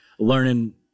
learning